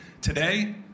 Today